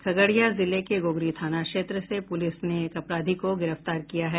खगड़िया जिले के गोगरी थाना क्षेत्र से पुलिस ने एक अपराधी को गिरफ्तार किया है